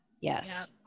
Yes